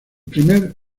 primer